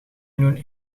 miljoen